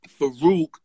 Farouk